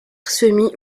semis